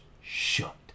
shut